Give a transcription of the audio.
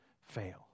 fail